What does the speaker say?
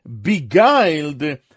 beguiled